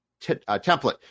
template